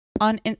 on